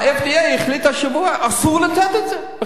ה-FDA החליט השבוע שאסור בכלל לתת את זה.